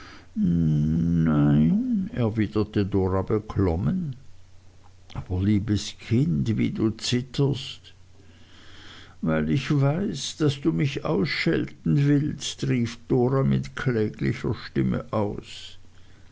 nnnein erwiderte dora beklommen aber liebes kind wie du zitterst weil ich weiß daß du mich ausschelten willst rief dora mit kläglicher stimme aus